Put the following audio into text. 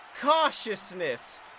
cautiousness